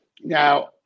Now